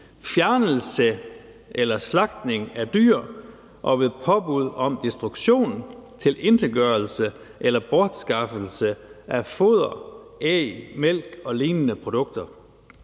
fjernelse eller slagtning af dyr og ved påbud om destruktion, tilintetgørelse eller bortskaffelse af foder, æg, mælk og lignende produkter.«